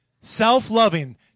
self-loving